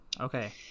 Okay